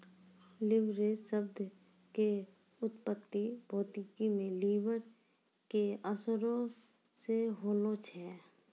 leverage शब्द के उत्पत्ति भौतिकी मे लिवर के असरो से होलो छै